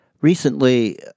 Recently